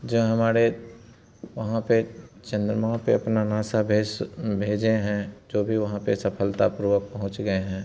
जहाँ हमारे वहाँ पर चंद्रमा पर अपना नासा भेज स भेजे हैं जो भी वहाँ पर सफलतापूर्वक पहुँच गए हैं